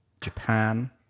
Japan